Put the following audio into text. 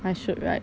I should right